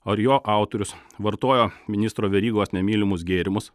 ar jo autorius vartojo ministro verygos nemylimus gėrimus